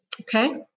Okay